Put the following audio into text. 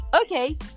okay